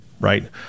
right